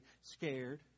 scared